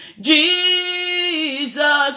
jesus